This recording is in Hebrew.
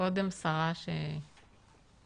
לצערי שעניין